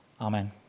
amen